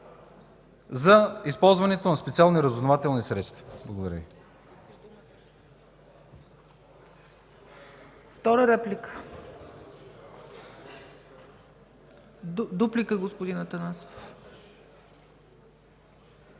за използването на специални разузнавателни средства. Благодаря Ви.